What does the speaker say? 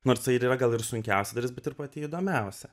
nors tai ir yra gal ir sunkiausia dalis bet ir pati įdomiausia